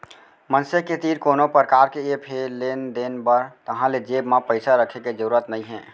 मनसे के तीर कोनो परकार के ऐप हे लेन देन बर ताहाँले जेब म पइसा राखे के जरूरत नइ हे